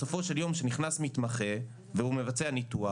בסופו של יום כשנכנס מתמחה והוא מבצע ניתוח,